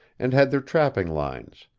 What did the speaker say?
and had their trapping lines,